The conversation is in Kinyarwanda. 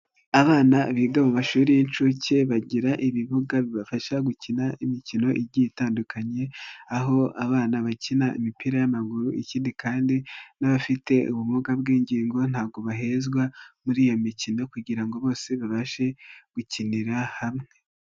Abana biga mu mashuri y'inshuke bagira ibibuga bibafasha gukina imikino igiye itandukanye aho abana bakina imipira y'amaguru, ikindi kandi n'abafite ubumuga bw'ingingo ntabwo bahezwa muri iyo mikino kugira ngo bose babashe gukinira hamwe.